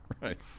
right